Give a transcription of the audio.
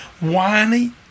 whiny